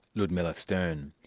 ludmilla stern.